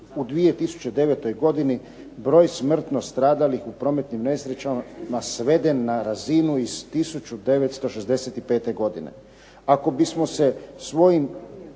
u 2009. godini broj smrtno stradalih u prometnim nesrećama sveden na razinu iz 1965. godine.